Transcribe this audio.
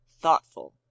thoughtful